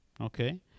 Okay